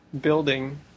building